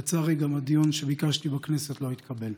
לצערי, גם הדיון שביקשתי בכנסת לא התקבל.